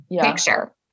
Picture